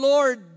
Lord